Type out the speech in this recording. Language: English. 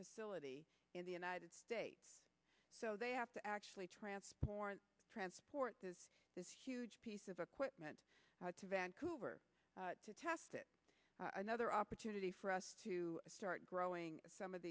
facility in the united states so they have to actually transport transport this huge piece of equipment to vancouver to test it another opportunity for us to start growing some of